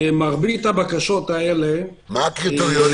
מה הקריטריונים